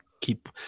keep